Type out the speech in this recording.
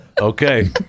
Okay